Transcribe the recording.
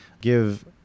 give